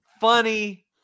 funny